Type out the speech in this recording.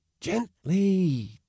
gently